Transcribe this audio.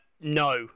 no